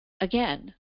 again